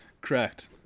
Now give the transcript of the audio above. Correct